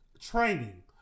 training